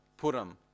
puram